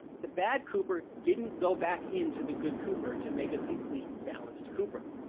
the bad cooper didn't go back into the good cooper to make a complete, balanced cooper.